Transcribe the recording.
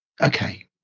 Okay